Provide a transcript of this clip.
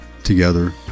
together